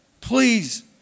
please